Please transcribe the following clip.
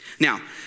Now